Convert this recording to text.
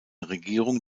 regierung